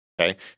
Okay